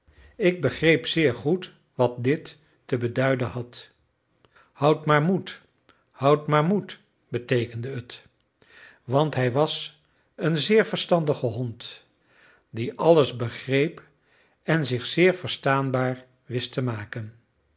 ik begreep zeer goed wat dit te beduiden had houd maar moed houd maar moed beteekende het want hij was een zeer verstandige hond die alles begreep en zich zeer verstaanbaar wist te maken